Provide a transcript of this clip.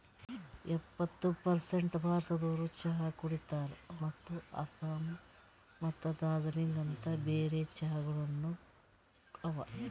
ಎಪ್ಪತ್ತು ಪರ್ಸೇಂಟ್ ಭಾರತದೋರು ಚಹಾ ಕುಡಿತಾರ್ ಮತ್ತ ಆಸ್ಸಾಂ ಮತ್ತ ದಾರ್ಜಿಲಿಂಗ ಅಂತ್ ಬೇರೆ ಚಹಾಗೊಳನು ಅವಾ